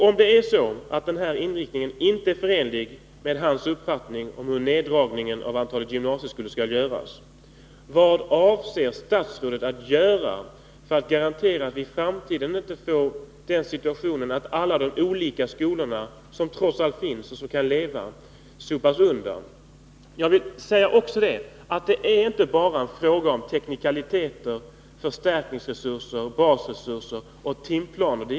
Om det är så att den här inriktningen inte är förenlig med statsrådets uppfattning om hur neddragningen av antalet gymnasieskolor skall göras, vad avser statsrådet att göra för att garantera att vi i framtiden inte får den situationen att alla de olika skolorna, som trots allt finns och som kan leva, sopas undan? Jag vill också säga att det inte bara är fråga om teknikaliteter, förstärkningsresurser, basresurser och timplaner.